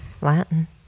Latin